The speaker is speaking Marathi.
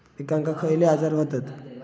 पिकांक खयले आजार व्हतत?